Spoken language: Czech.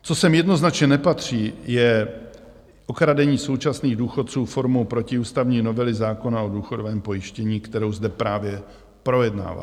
Co sem jednoznačně nepatří, je okradení současných důchodců formou protiústavní novely zákona o důchodovém pojištění, kterou zde právě projednáváme.